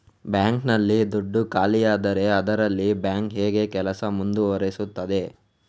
Bank ನಲ್ಲಿ ದುಡ್ಡು ಖಾಲಿಯಾದರೆ ಅದರಲ್ಲಿ ಬ್ಯಾಂಕ್ ಹೇಗೆ ಕೆಲಸ ಮುಂದುವರಿಸುತ್ತದೆ?